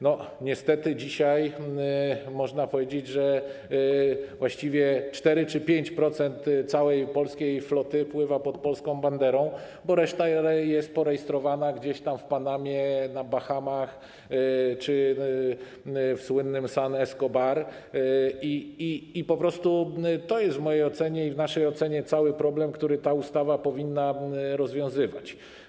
Niestety dzisiaj można powiedzieć, że właściwie 4% czy 5% całej polskiej floty pływa pod polską banderą, bo reszta jest zarejestrowana gdzieś tam w Panamie, na Bahamach czy w słynnym San Escobar, i to jest w mojej ocenie i w naszej ocenie cały problem, który ta ustawa powinna rozwiązywać.